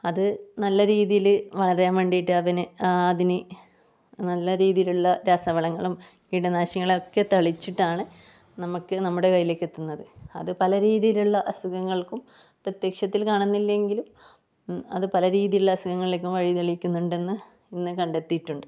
അത് നല്ല രീതിയിൽ വളരാൻ വേണ്ടിയിട്ട് അതിന് ആ അതിന് നല്ല രീതിയിലുള്ള രാസവളങ്ങളും കീടനാശിനികളും ഒക്കെ തളിച്ചിട്ടാണ് നമുക്ക് നമ്മുടെ കയ്യിലേക്ക് എത്തുന്നത് അത് പല രീതിയിലുള്ള അസുഖങ്ങൾക്കും പ്രത്യക്ഷത്തിൽ കാണുന്നില്ലെങ്കിലും അത് പല രീതിയിലുള്ള അസുഖങ്ങളിലേക്ക് വഴി തെളിയിക്കുന്നുണ്ടെന്ന് ഇന്ന് കണ്ടെത്തിയിട്ടുണ്ട്